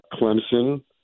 Clemson